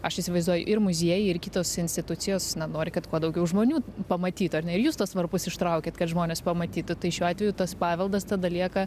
aš įsivaizduoju ir muziejai ir kitos institucijos na nori kad kuo daugiau žmonių pamatytų ar ne ir jūs tuos varpus ištraukėt kad žmonės pamatytų tai šiuo atveju tas paveldas tada lieka